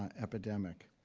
um epidemic.